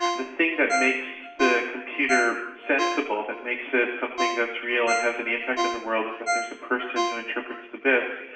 the thing that makes the computer sensible, that it makes it something that's real and has any impact in the world, is that there's a person who interprets the bits.